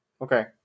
Okay